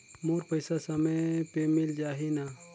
मोर पइसा समय पे मिल जाही न?